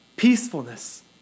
peacefulness